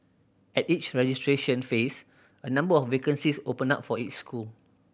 at each registration phase a number of vacancies open up for each school